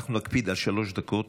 אנחנו נקפיד על שלוש דקות,